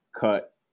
cut